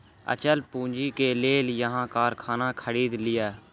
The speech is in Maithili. अचल पूंजी के लेल अहाँ कारखाना खरीद लिअ